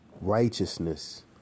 righteousness